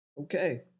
Okay